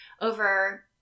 over